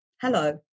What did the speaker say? Hello